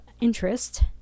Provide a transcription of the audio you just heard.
interest